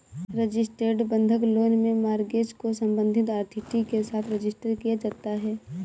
registered बंधक loan में mortgage को संबंधित अथॉरिटी के साथ रजिस्टर किया जाता है